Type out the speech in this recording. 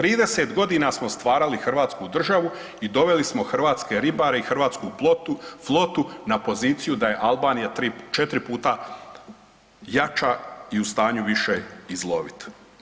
30.g. smo stvarali hrvatsku državu i doveli smo hrvatske ribare i hrvatsku flotu na poziciju da je Albanija 4 puta jača i u stanju više izlovit.